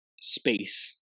space